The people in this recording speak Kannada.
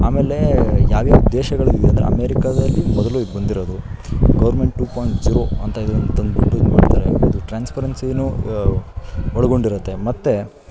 ಅಮೇಲೆ ಯಾವ್ಯಾವ ದೇಶಗಳದ್ದಿದೆ ಅಂದರೆ ಅಮೇರಿಕಾದಲ್ಲಿ ಮೊದಲು ಇದು ಬಂದಿರೋದು ಗೌರ್ಮೆಂಟ್ ಟು ಪಾಯಿಂಟ್ ಜೀರೋ ಅಂತ ಇದನ್ನ ತಂದ್ಬಿಟ್ಟು ಇದು ಮಾಡ್ತಾರೆ ಇದು ಟ್ರಾನ್ಸ್ಪರೆನ್ಸಿನೂ ಒಳ್ಗೊಂಡಿರುತ್ತೆ ಮತ್ತು